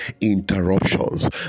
interruptions